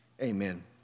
Amen